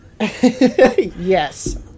Yes